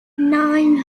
nine